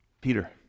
Peter